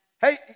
Hey